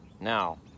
Now